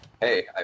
Hey